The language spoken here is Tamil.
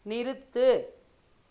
நிறுத்து